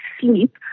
sleep